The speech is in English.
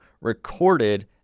recorded